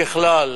ככלל,